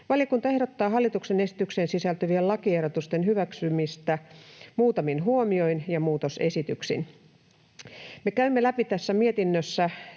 Valiokunta ehdottaa hallituksen esitykseen sisältyvien lakiehdotusten hyväksymistä muutamin huomioin ja muutosesityksin. Me käymme läpi tässä mietinnössä